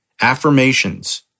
Affirmations